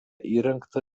įrengta